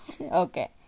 Okay